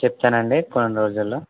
చెప్తానండి కొన్ని రోజుల్లో